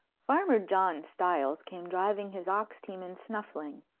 farmer john stiles came driving his ox-team and snuffling,